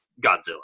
Godzilla